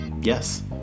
Yes